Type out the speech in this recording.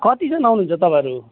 कतिजना आउनुहुन्छ तपाईँहरू